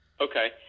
Okay